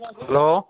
hello